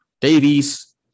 Davies